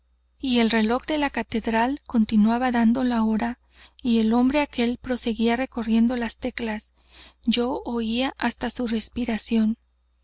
y el reloj de la catedral continuaba dando la hora y el hombre aquel proseguía recorriendo las teclas yo oía hasta su respiración